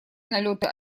налеты